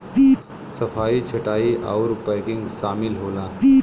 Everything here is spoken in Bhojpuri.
सफाई छंटाई आउर पैकिंग सामिल होला